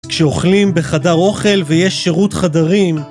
כשאוכלים בחדר אוכל ויש שירות חדרים...